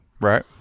right